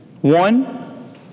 One